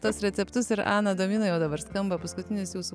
tuos receptus ir ana domina jau dabar skamba paskutinis jūsų